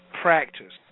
Practice